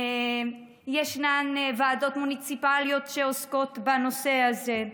ישנן ועדות מוניציפליות שעוסקות בנושא הזה,